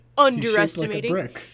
Underestimating